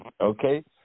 Okay